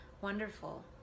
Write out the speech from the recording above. wonderful